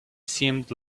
seemed